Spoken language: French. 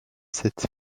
sept